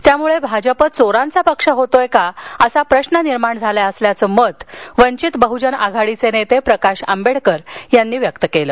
त्यामुळे भाजप चोरांचा पक्ष होतोय का असा प्रश्न निर्माण झाला असल्याचं मत वंचित बहुजन आघाडीचे नेते प्रकाश आंबेडकर यांनी व्यक्त केलं